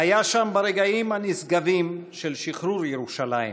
והיה שם ברגעים הנשגבים של שחרור ירושלים,